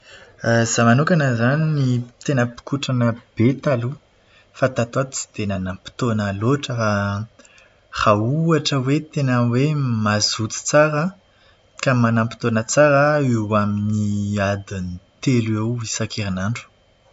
Izaho manokana izany tena mpikotrana be taloha. Fa tato ato tsy dia nanam-potoana loatra fa raha ohatra hoe tena hoe mazoto tsara aho, ka manam-potoana tsara, eo amin'ny adiny telo eo isanandro.